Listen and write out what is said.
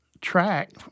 track